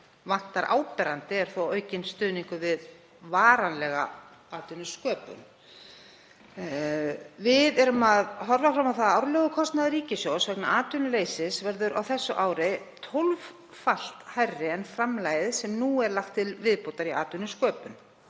vantar áberandi mikið er þó aukinn stuðningur við varanlega atvinnusköpun. Við horfum fram á að árlegur kostnaður ríkissjóðs vegna atvinnuleysis verður á þessu ári tólffalt hærri en framlagið sem nú er lagt til viðbótar í atvinnusköpun,